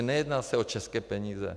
Nejedná se o české peníze.